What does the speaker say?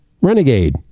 Renegade